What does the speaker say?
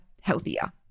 healthier